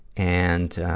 and